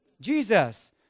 Jesus